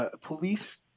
police